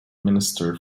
minister